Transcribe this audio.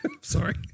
Sorry